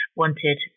wanted